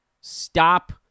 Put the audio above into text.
Stop